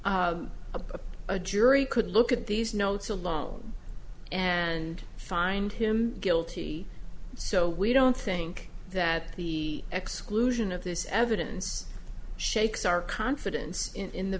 a jury could look at these notes alone and find him guilty so we don't think that the exclusion of this evidence shakes our confidence in the